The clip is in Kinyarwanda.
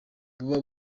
buba